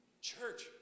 Church